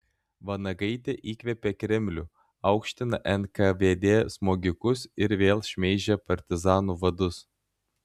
vanagaitė įkvėpė kremlių aukština nkvd smogikus ir vėl šmeižia partizanų vadus